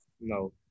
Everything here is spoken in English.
No